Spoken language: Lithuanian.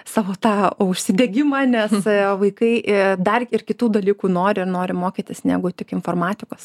savo tą užsidegimą nes vaikai ir dar ir kitų dalykų nori nori mokytis negu tik informatikos